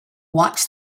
watch